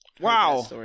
Wow